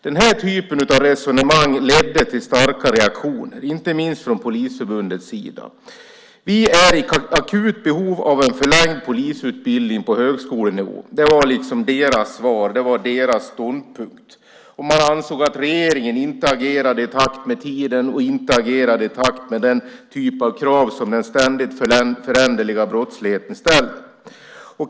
Den typen av resonemang ledde till starka reaktioner, inte minst från Polisförbundets sida, nämligen att det fanns ett akut behov av en förlängd polisutbildning på högskolenivå. Det var deras ståndpunkt. Man ansåg att regeringen inte agerade i takt med tiden och inte agerade i takt med den typ av krav som den ständigt föränderliga brottsligheten ställer.